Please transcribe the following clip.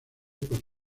por